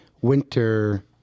winter